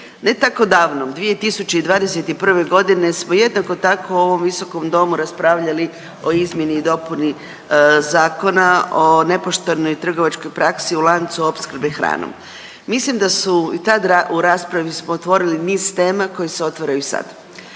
ne tako davno 2021. godine smo jednako tako u ovom visokom domu raspravljali o izmjeni i dopuni Zakona o nepoštenoj trgovačkoj praksi u lancu opskrbe hranom. Mislim da su i tad u raspravi smo otvorili niz tema koji se otvaraju i sad.